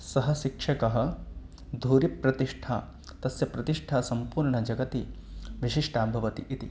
सः शिक्षकः धुरिप्रतिष्ठा तस्य प्रतिष्ठा विशिष्टा भवति इति